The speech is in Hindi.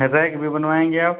रैक भी बनवाएंगे आप